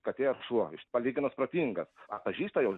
katė ar šuo iš palyginus protingas atpažįsta jau